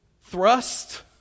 Thrust